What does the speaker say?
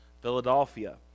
Philadelphia